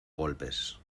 golpes